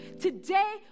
today